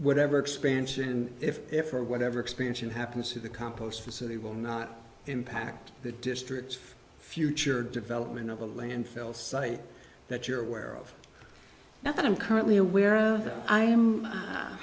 whatever expansion if if for whatever expansion happens to the compost facility will not impact the district's future development of a landfill site that you're aware of that i'm currently aware of